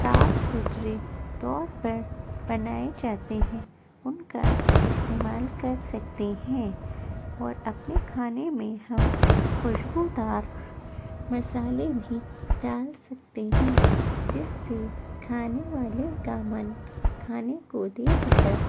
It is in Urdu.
صاف ستھرے طور پر بنائے جاتے ہیں ان کا استعمال کر سکتے ہیں اور اپنے کھانے میں ہم خوشبودار مصالحے بھی ڈال سکتے ہیں جس سے کھانے والے کا من کھانے کو دیکھ کر